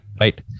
right